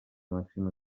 màxima